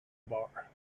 bar